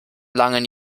langen